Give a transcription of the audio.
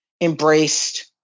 embraced